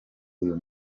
uyu